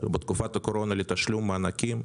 בתקופת הקורונה לתשלום המענקים,